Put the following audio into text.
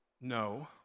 no